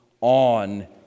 on